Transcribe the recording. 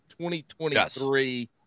2023